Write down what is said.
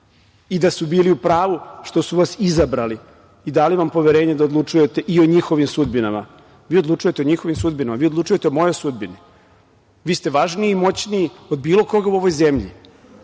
i da su bili u pravu što su vas izabrali i dali poverenje da odlučujete i o njihovim sudbinama. Vi odlučujete o njihovim sudbinama, vi odlučujete o mojoj sudbini, vi ste važniji i moćniji od bilo koga u ovoj zemlji,